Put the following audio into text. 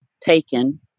Taken